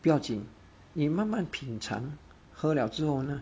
不要紧你慢慢品尝喝了之后呢